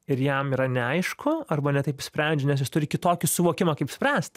ir jam yra neaišku arba ne taip išsprendžia nes jis turi kitokį suvokimą kaip spręst